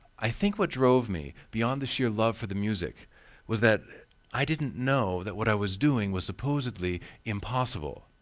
i think what drove me beyound the sheer love for the music was that i didn't know that what i was doing was supposedly impossible.